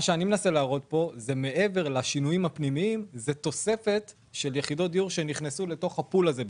מה שאני מנסה להראות פה זה תוספת של יחידות דיור שנכנסו לתוך הפול הזה,